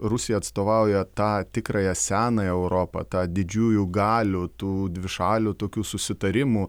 rusija atstovauja tą tikrąją senąją europą tą didžiųjų galių tų dvišalių tokių susitarimų